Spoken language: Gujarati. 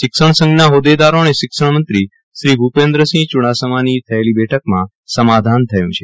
શિક્ષણ સંઘના હોદદારો અને શિક્ષણ મંત્રો શ્રો ભુપન્દ્રસિહ ચુડાસમાનો થયલ બેઠકમાં સમાધાન થયું છે